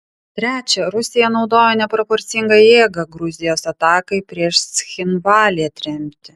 trečia rusija naudojo neproporcingą jėgą gruzijos atakai prieš cchinvalį atremti